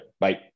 Bye